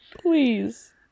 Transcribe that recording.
Please